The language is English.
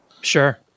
Sure